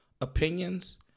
opinions